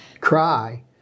cry